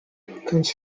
comes